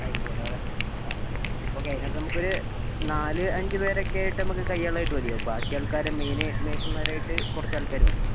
ആയിരിക്കുമല്ലോ അല്ലേ അ ഓക്കെ ആതിനകത്ത് നമുക്കൊരു നാല് അഞ്ച് പേരൊക്കെയായിട്ട് നമുക്ക് കയ്യാളായിട്ട് മതിയാവും ബാക്കി ആൾക്കാരെ മെയിൻ മേസൻമാരായിട്ട് കുറച്ച് ആൾക്കാരെ മതിയാവും